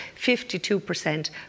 52%